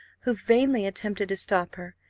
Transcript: who vainly attempted to stop her,